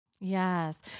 Yes